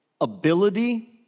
Ability